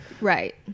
Right